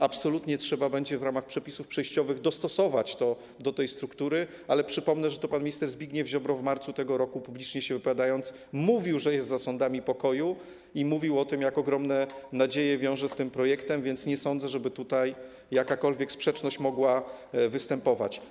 Absolutnie trzeba będzie w ramach przepisów przejściowych dostosować to do tej struktury, ale przypomnę, że to pan minister Zbigniew Ziobro w marcu tego roku, publicznie się wypowiadając, mówił, że jest za sądami pokoju, mówił o tym, jak ogromne nadzieje wiąże z tym projektem, więc nie sądzę, żeby jakakolwiek sprzeczność mogła tutaj występować.